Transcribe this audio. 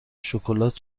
شکلات